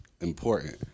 important